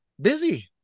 busy